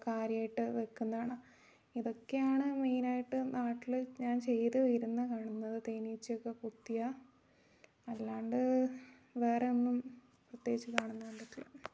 കാര്യമായിട്ട് വെക്കുന്ന കാണാം ഇതൊക്കെയാണ് മെയിനായിട്ട് നാട്ടിൽ ഞാൻ ചെയ്തുവരുന്നത് കാണുന്നത് തേനീച്ചയൊക്കെ കുത്തിയാൽ അല്ലാണ്ട് വേറൊന്നും പ്രത്യേകിച്ച് കാണുന്നത് കണ്ടിട്ടില്ല